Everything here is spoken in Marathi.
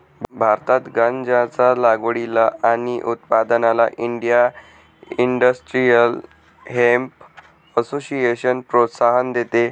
भारतात गांज्याच्या लागवडीला आणि उत्पादनाला इंडिया इंडस्ट्रियल हेम्प असोसिएशन प्रोत्साहन देते